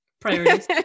Priorities